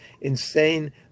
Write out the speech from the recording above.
insane